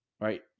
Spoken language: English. right